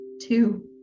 Two